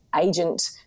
agent